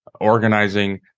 organizing